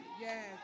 Yes